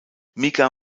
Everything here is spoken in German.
mika